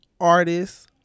artists